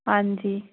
ਹਾਂਜੀ